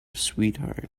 sweetheart